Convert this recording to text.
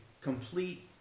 complete